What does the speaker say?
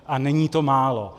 A není to málo.